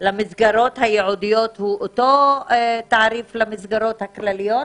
למסגרות הייעודיות הוא אותו תעריף למסגרות הכלליות?